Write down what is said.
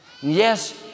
Yes